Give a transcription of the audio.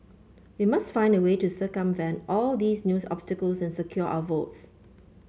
we must find a way to circumvent all these news obstacles and secure our votes